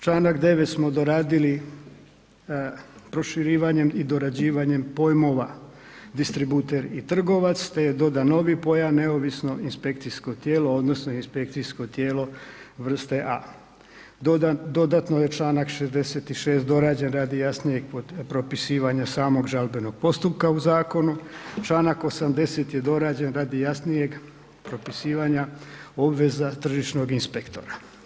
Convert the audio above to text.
Članak 9. smo doradili proširivanjem i dorađivanjem pojmova distributer i trgovac, te je dodan novi pojam neovisno inspekcijsko tijelo odnosno inspekcijsko tijelo vrste A. Dodatno je Članak 66. dorađen radi jasnijeg propisivanja samog žalbenog postupka u zakonu, Članak 80. je dorađen radi jasnijeg propisivanja obveza tržišnog inspektora.